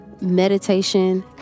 meditation